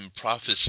prophecy